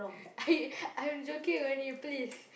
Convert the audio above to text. I I'm joking only please